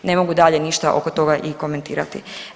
Ne mogu dalje ništa oko toga i komentirati.